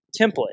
template